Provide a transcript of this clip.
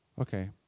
Okay